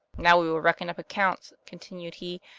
now we will reckon up accounts continued he,